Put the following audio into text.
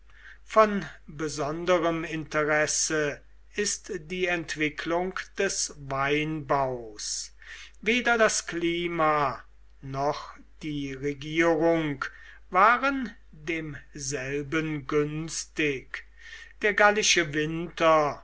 von besonderem interesse ist die entwicklung des weinbaus weder das klima noch die regierung waren demselben günstig der gallische winter